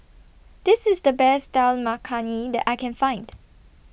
This IS The Best Dal Makhani that I Can Find